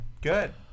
good